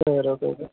சரி okay okay